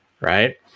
right